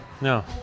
no